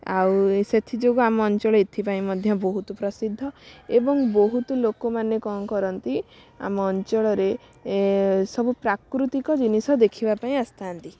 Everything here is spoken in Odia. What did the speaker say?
ଆଉ ସେଥିଯୋଗୁଁ ଆମ ଅଞ୍ଚଳ ଏଥିପାଇଁ ବହୁତ ପ୍ରସିଦ୍ଧ ଏବଂ ବହୁତ ଲୋକମାନେ କ'ଣ କରନ୍ତି ଆମ ଅଞ୍ଚଳରେ ସବୁ ପ୍ରାକୃତିକ ଜିନିଷ ଦେଖିବା ପାଇଁ ଆସିଥାନ୍ତି